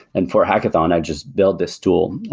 and for hackathon, i just build this tool.